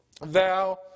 thou